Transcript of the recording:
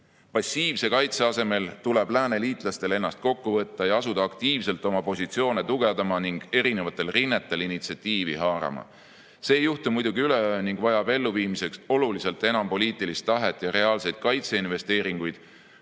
kaitse asemel tuleb lääne liitlastel ennast kokku võtta ja asuda aktiivselt oma positsioone tugevdama ning erinevatel rinnetel initsiatiivi haarama. See ei juhtu muidugi üleöö ning vajab elluviimiseks oluliselt enam poliitilist tahet ja reaalseid kaitseinvesteeringuid.